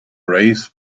race